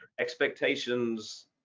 expectations